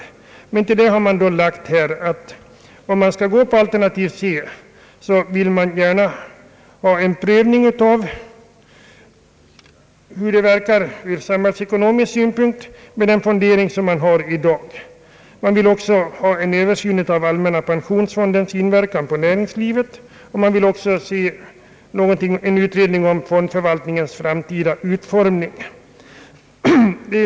Om man skall tillstyrka alternativ C vill man dock ha en prövning av hur detta alternativ verkar ur samhällsekonomisk synpunkt med hänsyn till den fondering som sker. Man vill också ha en utredning av allmänna pensionsfondens inverkan på näringslivet och fondförvaltningens framtida utformning.